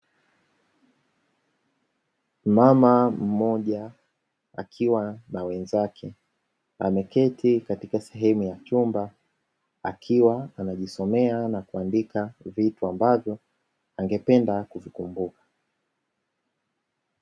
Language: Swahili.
Mmama mmoja akiwa na wenzake ameketi katika sehemu ya chumba akiwa anajisomea na kuandika vitu ambavyo angependa kuvikumbuka.